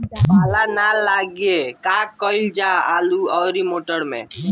पाला न लागे का कयिल जा आलू औरी मटर मैं?